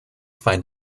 find